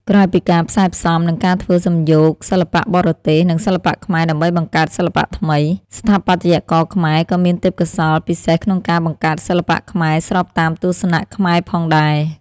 ក្រៅពីការផ្សែផ្សំ និងធ្វើសំយោគសិល្បៈបរទេស និងសិល្បៈខ្មែរដើម្បីបង្កើតសិល្បៈថ្មី ស្ថាបត្យករខ្មែរក៏មានទេពកោសល្យពិសេសក្នុងការបង្កើតសិល្បៈខ្មែរស្របតាមទស្សនៈខ្មែរផងដែរ។